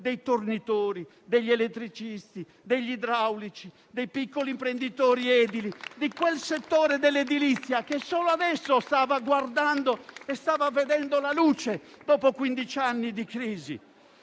dei tornitori, degli elettricisti, degli idraulici, dei piccoli imprenditori edili, di quel settore dell'edilizia che solo adesso stava vedendo la luce, dopo quindici anni di crisi.